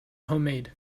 homemade